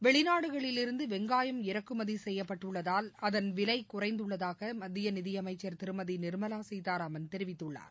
வெளிநாடுகளிலிருந்து வெங்காயம் இறக்குமதி விலை குறைந்துள்ளதாக மத்திய நிதியமைச்சர் திருமதி நிர்மலா கீதாராமன் தெரிவித்துள்ளார்